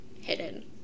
hidden